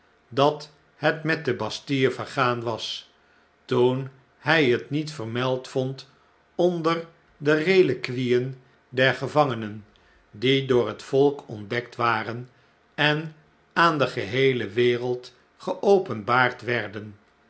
dat het met de bastille vergaan was toen hij het niet vermeld vond onder de reliquieen der gevangenen die door het volk ontdekt waren en aan de geheele wereld geopenbaard werden